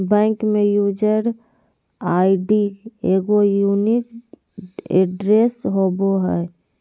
bank में user ID एगो unique address होबो हइ